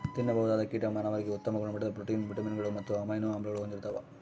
ತಿನ್ನಬಹುದಾದ ಕೀಟಗಳು ಮಾನವರಿಗೆ ಉತ್ತಮ ಗುಣಮಟ್ಟದ ಪ್ರೋಟೀನ್, ವಿಟಮಿನ್ಗಳು ಮತ್ತು ಅಮೈನೋ ಆಮ್ಲಗಳನ್ನು ಹೊಂದಿರ್ತವ